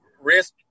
risk